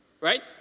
Right